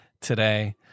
Today